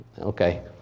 Okay